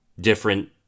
different